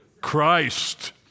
Christ